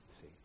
see